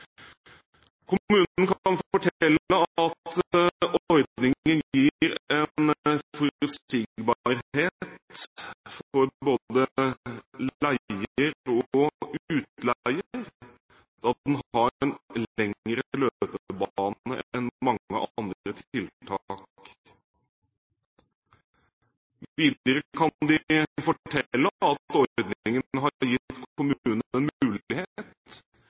Kommunen kan fortelle at ordningen gir en forutsigbarhet for både leietaker og utleier, da den har en lengre løpebane enn mange andre tiltak. Videre kan de fortelle at ordningen har gitt